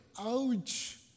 ouch